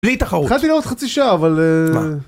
בלי תחרות! חייב להיות חצי שעה אבל... מה?